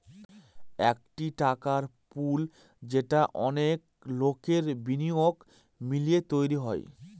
একটি টাকার পুল যেটা অনেক লোকের বিনিয়োগ মিলিয়ে তৈরী হয়